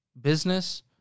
business